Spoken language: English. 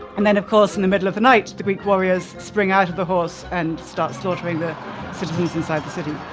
and then, of course, in the middle of the night, the greek warriors spring out of the horse and start slaughtering the citizens inside the city